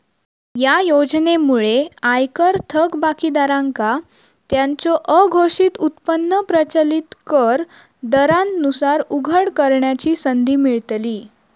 या योजनेमुळे आयकर थकबाकीदारांका त्यांचो अघोषित उत्पन्न प्रचलित कर दरांनुसार उघड करण्याची संधी मिळतली